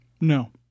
No